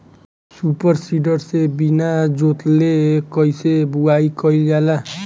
Super seeder से बीना जोतले कईसे बुआई कयिल जाला?